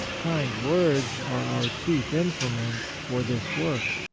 kind words are our chief implements for this work.